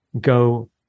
go